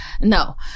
no